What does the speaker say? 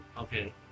Okay